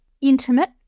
intimate